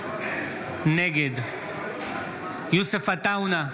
נגד יוסף עטאונה,